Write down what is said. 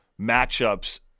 matchups